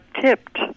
tipped